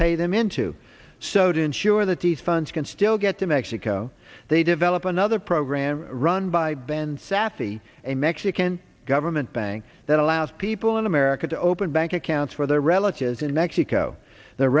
pay them into so to ensure that these funds can still get to mexico they develop another program run by ben saffy a mexican government bank that allows people in america to open bank accounts for their relatives in mexico their